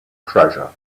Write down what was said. treasure